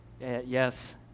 yes